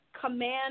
command